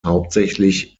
hauptsächlich